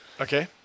Okay